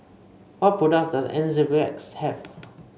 what products does Enzyplex have